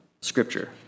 Scripture